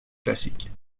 classique